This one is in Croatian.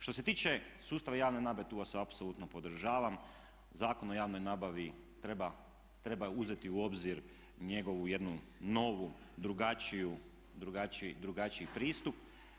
Što se tiče sustava javne nabave tu vas apsolutno podržavam, Zakon o javnoj nabavi treba uzeti u obzir njegovu jednu novu drugačiji pristup.